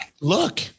look